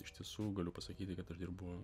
iš tiesų galiu pasakyti kas aš dirbu